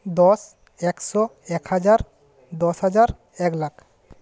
দশ একশো একহাজার দশ হাজার এক লাখ